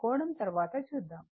కోణం తరువాత చూద్దాం